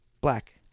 black